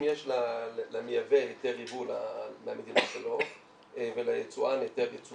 יש למייבא היתר ייבוא למדינה שלו וליצואן היתר ייצוא